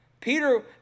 Peter